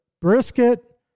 Brisket